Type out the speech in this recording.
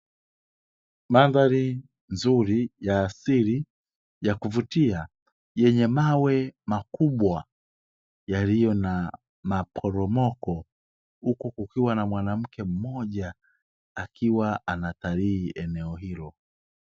Madhari nzuri ya asili ya kuvutia yenye mawe makubwa yaliyo na maporomoko, huku kukiwa na mwanamke mmoja akiwa anatalii eneo hilo.